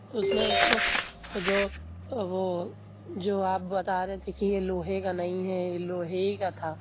اس میں ایک تو وہ جو وہ جو آپ بتا رہے تھے کہ یہ لوہے کا نہیں ہے یہ لوہے ہی کا تھا